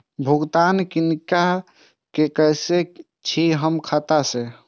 भुगतान किनका के सकै छी हम खाता से?